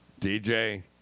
DJ